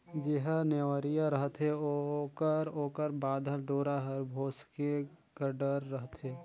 जेहर नेवरिया रहथे ओकर ओकर बाधल डोरा हर भोसके कर डर रहथे